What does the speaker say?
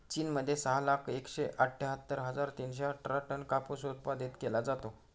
चीन मध्ये सहा लाख एकशे अठ्ठ्यातर हजार तीनशे अठरा टन कापूस उत्पादित केला जातो